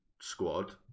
squad